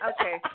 Okay